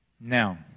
Now